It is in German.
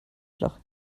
flach